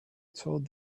told